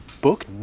book